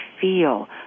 feel